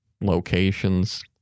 locations